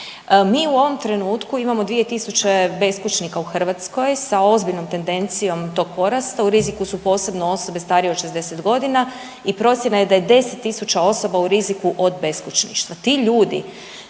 Mi u ovome trenutku imamo 2000 beskućnika u Hrvatskoj sa ozbiljnom tendencijom tog porasta, u riziku su posebno osobe starije od 60 godina i procjena je da je 10 tisuća osoba u riziku od beskućništva.